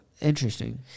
Interesting